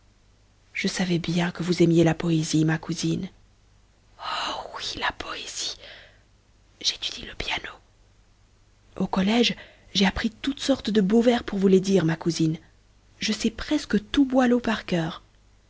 je savais bien que vous aimiez la poésie ma cousine oh oui la poésie j'étudie le piano au collège j'ai appris toutes sortes de beaux vers pour vous les dire ma cousine je sais presque tout boileau par cœur